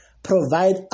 provide